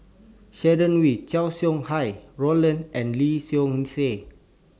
Sharon Wee Chow Sau Hai Roland and Lee Seow Ser